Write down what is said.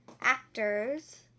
actors